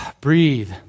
breathe